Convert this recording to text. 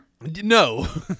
No